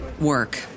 work